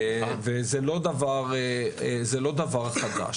וזה לא דבר חדש.